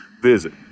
visit